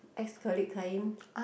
ex colleague client